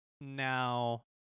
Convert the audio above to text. now